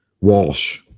Walsh